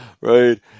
right